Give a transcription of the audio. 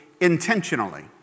Intentionally